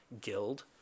guild